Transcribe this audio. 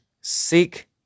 Seek